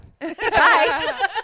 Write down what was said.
Bye